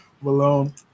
Malone